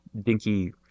dinky